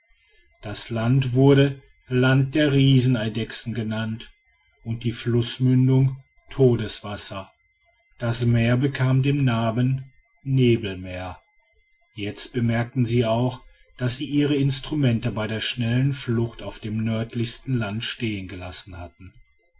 das land wurde land der rieseneidechsen genannt und die flußmündung todeswasser das meer bekam den namen nebelmeer jetzt bemerkten sie auch daß sie ihre instrumente bei der schnellen flucht auf dem nördlichsten land stehen gelassen hatten